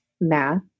math